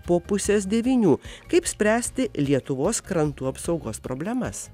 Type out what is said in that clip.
po pusės devynių kaip spręsti lietuvos krantų apsaugos problemas